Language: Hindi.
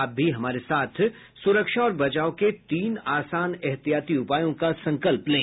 आप भी हमारे साथ सुरक्षा और बचाव के तीन आसान एहतियाती उपायों का संकल्प लें